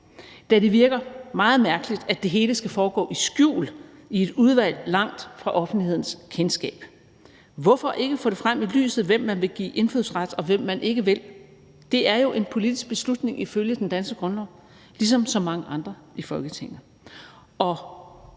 da det virker meget mærkeligt, at det hele skal foregå i skjul, i et udvalg, langt fra offentlighedens kendskab. Hvorfor ikke få det frem i lyset, hvem man vil give indfødsret og hvem man ikke vil? Det er jo en politisk beslutning ifølge den danske grundlov, ligesom så mange andre i Folketinget.